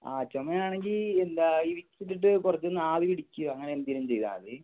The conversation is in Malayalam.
ആ ചുമയാണെങ്കിൽ എന്താ ഈ വിക്സിട്ടിട്ട് കുറച്ചൊന്നു ആവിപിടിക്കുക അങ്ങനെന്തേലും ചെയ്താൽമതി